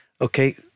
Okay